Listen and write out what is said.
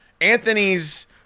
Anthony's